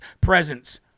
presence